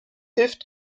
hilft